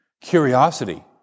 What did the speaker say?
Curiosity